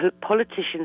politicians